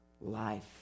life